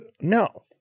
No